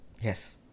Yes